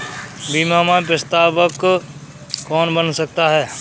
बीमा में प्रस्तावक कौन बन सकता है?